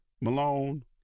Malone